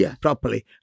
properly